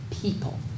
people